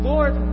Lord